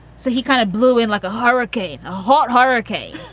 so he kind of blew in like a hurricane, hot hurricane,